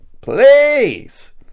please